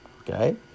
okay